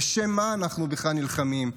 בשם מה אנחנו בכלל נלחמים.